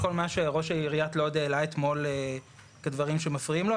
כל מה שראש עיריית לוד העלה אתמול את הדברים שמפריעים לו,